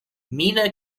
meena